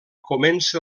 comença